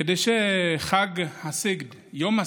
כדי שחג הסיגד, יום הסיגד,